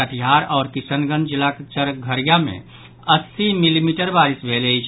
कटिहार आओर किशनगंज जिलाक चरघरिया मे अस्सी मिलीमीटर बारिश भेल अछि